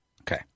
Okay